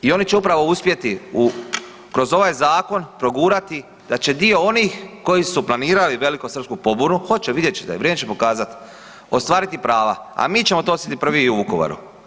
I oni će upravo uspjeti kroz ovaj zakon progurati da će dio onih koji su planirali velikosrpsku pobunu, hoće vidjet ćete vrijeme će pokazati, ostvariti prava, a mi ćemo to osjetiti prvi u Vukovaru.